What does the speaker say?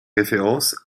référence